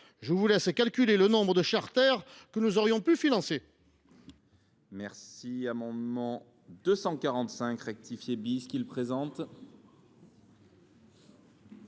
Je vous laisse calculer le nombre de charters que nous aurions pu financer